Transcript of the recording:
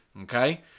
okay